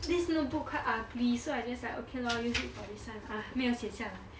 this little book quite ugly so I just like okay lor use it for this one ah 没有写下来